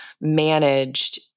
managed